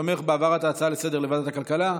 תומך בהעברת ההצעה לסדר-היום לוועדת הכלכלה.